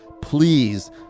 Please